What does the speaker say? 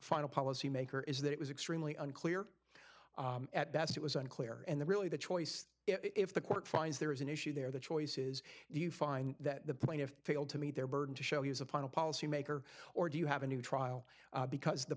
final policy maker is that it was extremely unclear at best it was unclear and the really the choice if the court finds there is an issue there the choices you find that the plaintiff failed to meet their burden to show he is a final policymaker or do you have a new trial because the